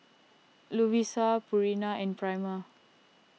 Lovisa Purina and Prima